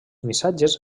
missatges